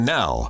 now